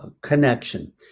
connection